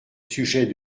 sujet